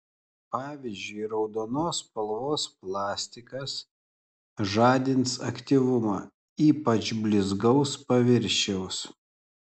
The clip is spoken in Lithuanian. pavyzdžiui raudonos spalvos plastikas žadins aktyvumą ypač blizgaus paviršiaus